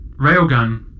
Railgun